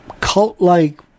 cult-like